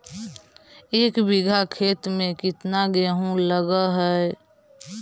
एक बिघा खेत में केतना गेहूं लग है?